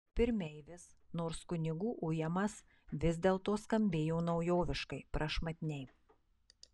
pirmeivis nors kunigų ujamas vis dėlto skambėjo naujoviškai prašmatniai